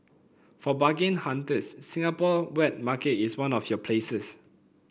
for bargain hunters Singapore wet market is one of your places